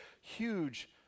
huge